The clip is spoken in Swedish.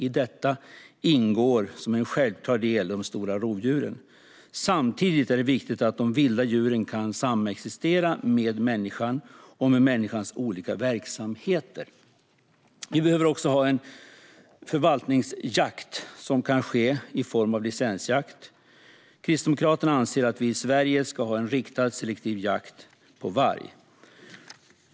I detta ingår som en självklar del de stora rovdjuren. Samtidigt är det viktigt att de vilda djuren kan samexistera med människan och med människans olika verksamheter. Vi behöver också ha en förvaltningsjakt som kan ske i form av licensjakt. Kristdemokraterna anser att vi i Sverige ska ha en riktad selektiv jakt på varg.